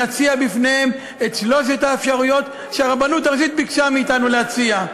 נציע בפניהם את שלוש האפשרויות שהרבנות הראשית ביקשה מאתנו להציע.